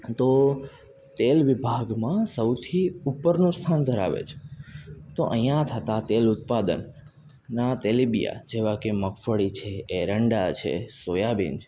તો તેલ વિભાગમાં સૌથી ઉપરનું સ્થાન ધરાવે છે તો અહીંયા થતાં તેલ ઉત્પાદનનાં તેલીબિયાં જેવા કે મગફળી છે એરંડા છે સોયાબિન છે